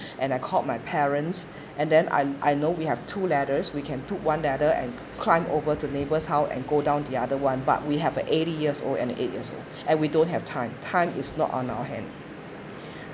and I called my parents and then I I know we have two ladders we can took one the other and climb over to neighbour's house and go down the other [one] but we have a eighty years old and eight years old and we don't have time time is not on our hand